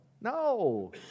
No